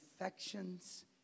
affections